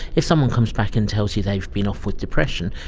if someone comes back and tells you they've been off with depression,